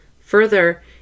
Further